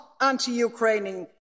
anti-Ukrainian